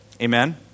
Amen